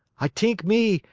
ah t'ink me,